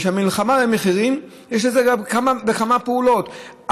המלחמה במחירים היא בכמה פעולות.